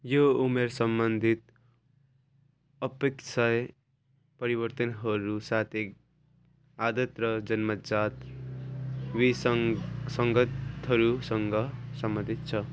यो उमेर सम्बन्धित अपक्षाय परिवर्तनहरू साथै आदत र जन्मजात विसङ्ग सङ्गतहरूसँग सम्बन्धित छ